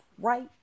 right